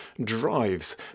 drives